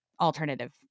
alternative